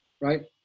right